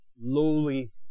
lowly